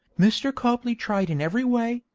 mr. copley tried in every way,